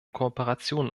kooperationen